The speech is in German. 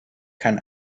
kann